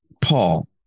Paul